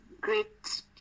great